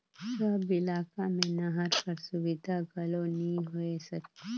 सब इलाका मे नहर कर सुबिधा घलो नी होए सके